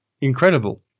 incredible